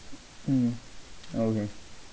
mm okay